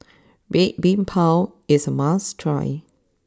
Red Bean Bao is a must try